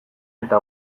eta